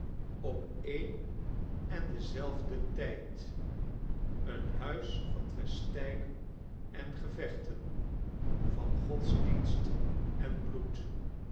op een en denzelfden tijd een huis van festijnen en gevechten van godsdienst en bloed